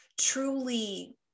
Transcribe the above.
truly